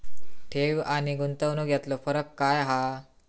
ठेव आनी गुंतवणूक यातलो फरक काय हा?